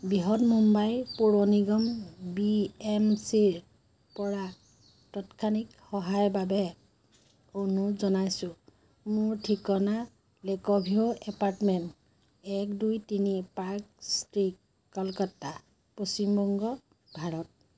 বৃহন্মুম্বাই পৌৰ নিগম B M চিৰপৰা তাৎক্ষণিক সহায়ৰ বাবে অনুৰোধ জনাইছোঁ মোৰ ঠিকনা লেক ভিউ এপাৰ্টমেণ্ট এক দুই তিনি পাৰ্ক ষ্ট্ৰীট কলকাতা পশ্চিমবংগ ভাৰত